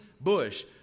bush